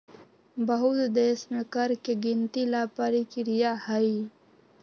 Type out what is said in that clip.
बहुत देश में कर के गिनती ला परकिरिया हई